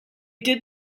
did